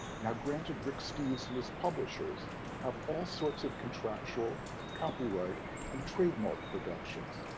now granted, rick steves and his publishers have all sorts of contractual copyright and trademark protections,